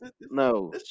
no